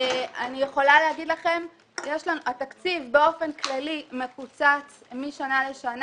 אני יכולה לומר לכם שהתקציב באופן כללי מקוצץ משנה לשנה.